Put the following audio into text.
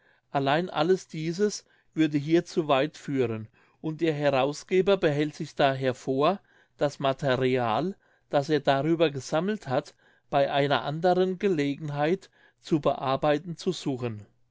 allein alles dieses würde hier zu weit führen und der herausgeber behält sich daher vor das material das er darüber gesammelt hat bei einer anderen gelegenheit zu bearbeiten zu suchen